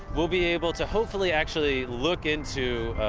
we'll be able to hopefully actually look into